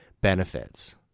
benefits